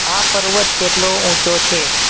આ પર્વત કેટલો ઊંચો છે